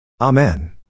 Amen